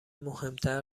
مهمتر